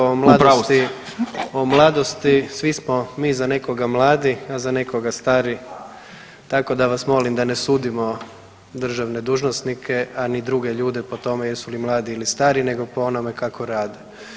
A drugo, o mladosti, o mladosti svi smo mi za nekoga mladi, a za nekoga stari tako da vas molim da ne sudimo državne dužnosnike, a ni druge ljude po tome jesu li mladi ili stari nego po onome kako rade.